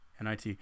NIT